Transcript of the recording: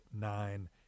nine